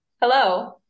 Hello